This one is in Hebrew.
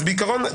רז בעיקרון,